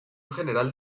general